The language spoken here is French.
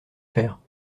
faire